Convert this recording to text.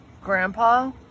Grandpa